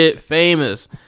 famous